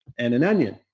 and an onion.